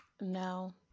No